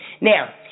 Now